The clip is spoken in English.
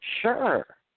sure